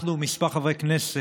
אנחנו, כמה חברי כנסת,